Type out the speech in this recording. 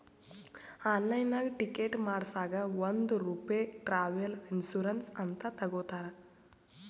ಆನ್ಲೈನ್ನಾಗ್ ಟಿಕೆಟ್ ಮಾಡಸಾಗ್ ಒಂದ್ ರೂಪೆ ಟ್ರಾವೆಲ್ ಇನ್ಸೂರೆನ್ಸ್ ಅಂತ್ ತಗೊತಾರ್